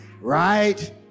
right